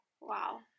Wow